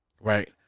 Right